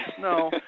No